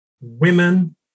women